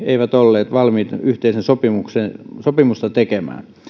eivät olleet valmiit yhteistä sopimusta sopimusta tekemään